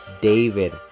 David